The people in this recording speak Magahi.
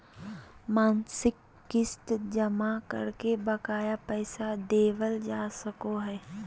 मासिक किस्त जमा करके बकाया पैसा देबल जा सको हय